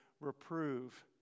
reprove